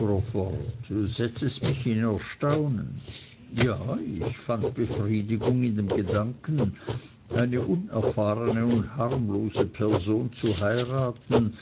du setzest mich in erstaunen ja ich fand befriedigung in dem gedanken eine unerfahrene und harmlose person zu heiraten